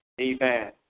Amen